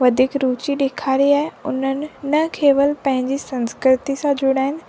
वधीक रूची ॾेखारी आहे उन्हनि न केवल पंहिंजी संस्कृति सां जुड़िया आहिनि